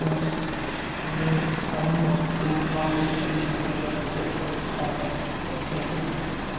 ꯄꯨꯡ ꯑꯅꯤ ꯑꯅꯤꯃꯨꯛ ꯇꯨꯝꯃꯝꯃꯤ ꯑꯗꯨꯒꯤ ꯃꯇꯨꯡꯗ ꯃꯤꯠꯀꯞ ꯊꯣꯛꯂꯛꯄꯀꯥꯟꯗ ꯑꯩꯈꯣꯏꯁꯤ